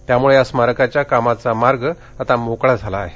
त्यामुळे या स्मारकाच्या कामाचा मार्ग आता मोकळा झाला आहे